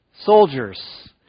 soldiers